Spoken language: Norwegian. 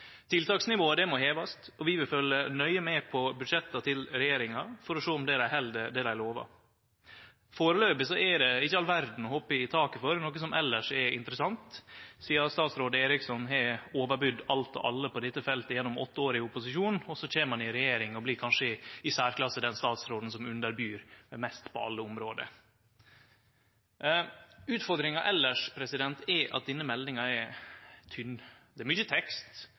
Tiltaksnivået må hevast, og vi vil følgje nøye med på budsjetta til regjeringa for å sjå om dei held det dei lovar. Foreløpig er det ikkje all verda å hoppe i taket for, noko som elles er interessant, sidan statsråd Eriksson har overbydd alt og alle på dette feltet gjennom åtte år i opposisjon, og så kjem han i regjering og blir kanskje i særklasse den statsråden som underbyr mest på alle område. Utfordringa elles er at denne meldinga er tynn. Det er mykje tekst,